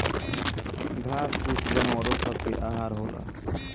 घास फूस जानवरो स के आहार होला